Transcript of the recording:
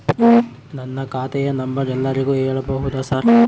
ನನ್ನ ಖಾತೆಯ ನಂಬರ್ ಎಲ್ಲರಿಗೂ ಹೇಳಬಹುದಾ ಸರ್?